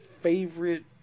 favorite